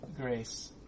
Grace